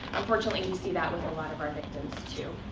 unfortunately, we see that with a lot of our victims, too.